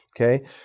Okay